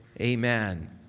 amen